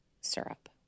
syrup